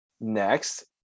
Next